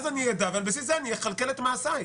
ואז אני אדע ועל בסיס זה אני אכלכל את מעשיי.